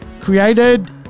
created